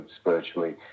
spiritually